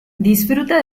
disfruta